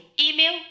Email